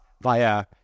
via